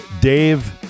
Dave